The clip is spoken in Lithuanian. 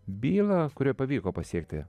bylą kurioj pavyko pasiekti